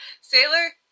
Sailor